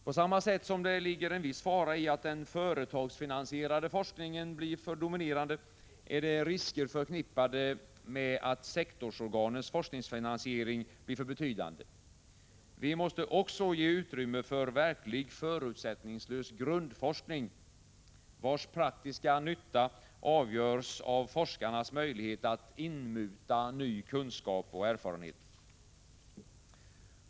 På samma sätt som det ligger en viss fara i att den företagsfinansierade forskningen blir för dominerande, är det risker förknippade med att sektorsorganens forskningsfinansiering blir för betydande. Vi måste också ge utrymme för verklig förutsättningslös grundforskning, vars praktiska nytta avgörs av forskarnas möjlighet att inmuta ny kunskap och erfarenhet.